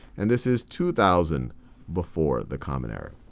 and this is two thousand before the common era.